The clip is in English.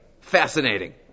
Fascinating